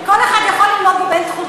כל אחד יכול ללמוד בבין-תחומי?